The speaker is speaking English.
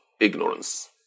ignorance